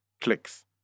clicks